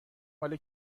مال